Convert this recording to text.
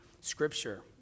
scripture